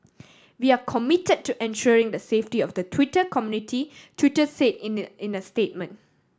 we are committed to ensuring the safety of the Twitter community Twitter say in a in a statement